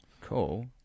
Cool